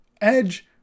edge